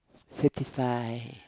city side